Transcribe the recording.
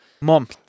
Mom